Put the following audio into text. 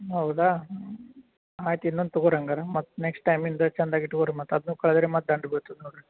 ಹೌದಾ ಆಯ್ತು ಇನ್ನೊಂದು ತಗೋರಿ ಹಂಗಾರ ಮತ್ತು ನೆಕ್ಸ್ಟ್ ಟೈಮಿಂದ ಚಂದಗೆ ಇಟ್ಕೋ ರೀ ಮತ್ತು ಅದನ್ನು ಕಳ್ದ್ರೆ ಮತ್ತು ದಂಡ ಬೀಳ್ತದ ನೋಡ್ರಿ